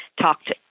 talked